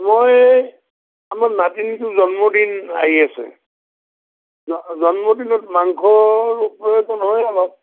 এই আমাৰ নাতিনীটোৰ জন্মদিন আহি আছে জন্মদিনত মাংসৰ ওপৰতততো নহয় আমাক